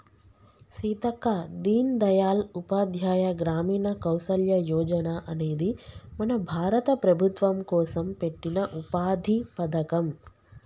సీతక్క దీన్ దయాల్ ఉపాధ్యాయ గ్రామీణ కౌసల్య యోజన అనేది మన భారత ప్రభుత్వం కోసం పెట్టిన ఉపాధి పథకం